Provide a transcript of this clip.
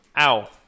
Ow